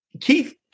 Keith